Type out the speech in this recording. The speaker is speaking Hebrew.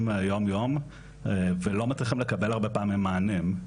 באופן יום יומי ולא מצליחים לקבל הרבה פעמים מענים,